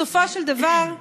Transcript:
בסופו של דבר,